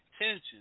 attention